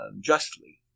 justly